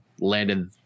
landed